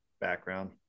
background